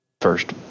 first